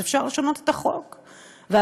אפשר לשנות את החוק אז,